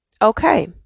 Okay